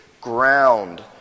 ground